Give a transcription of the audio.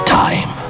time